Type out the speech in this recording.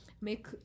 make